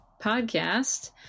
podcast